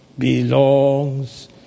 Belongs